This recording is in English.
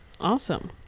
awesome